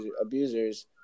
abusers